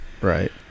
Right